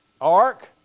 ark